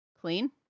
Clean